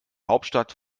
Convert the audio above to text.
hauptstadt